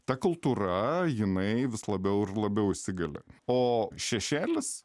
ta kultūra jinai vis labiau ir labiau įsigali o šešėlis